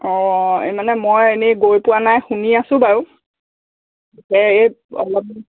অঁ এই মানে মই এনেই গৈ পোৱা নাই শুনি আছোঁ বাৰু এই অলপ